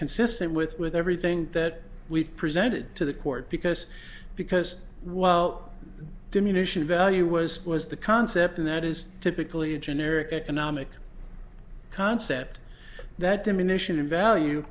consistent with with everything that we've presented to the court because because while diminishing value was was the concept in that is typically a generic economic concept that diminish